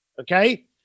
Okay